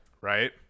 Right